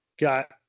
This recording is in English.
got